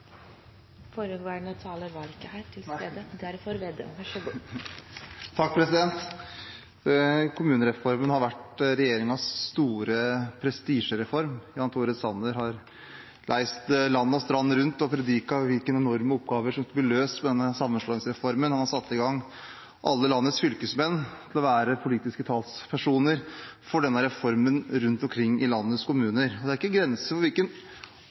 strand rundt og prediket hvilke enorme oppgaver som skulle bli løst med denne sammenslåingsreformen. Han har satt i gang alle landets fylkesmenn til å være politiske talspersoner for denne reformen rundt omkring i landets kommuner – og det er ikke grenser for